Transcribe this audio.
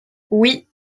oui